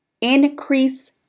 increase